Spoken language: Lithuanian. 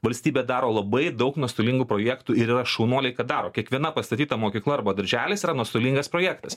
valstybė daro labai daug nuostolingų projektų ir yra šaunuoliai kad daro kiekviena pastatyta mokykla arba darželis yra nuostolingas projektas